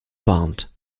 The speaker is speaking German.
warnt